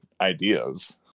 ideas